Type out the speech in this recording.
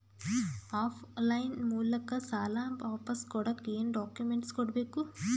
Of line ಮೂಲಕ ಸಾಲ ವಾಪಸ್ ಕೊಡಕ್ ಏನು ಡಾಕ್ಯೂಮೆಂಟ್ಸ್ ಕೊಡಬೇಕು?